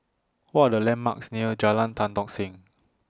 What Are The landmarks near Jalan Tan Tock Seng